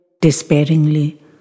despairingly